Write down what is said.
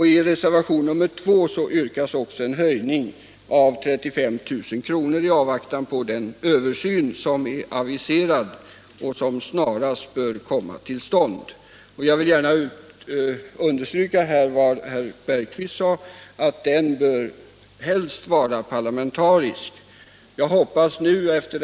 I reservationen 2 yrkas också en höjning med 35 000 kr., i avvaktan på den översyn som är aviserad och som snarast bör komma till stånd. Jag vill gärna understryka vad Jan Bergqvist i Göteborg sade, nämligen att den översynen bör göras av en parlamentariskt sammansatt grupp.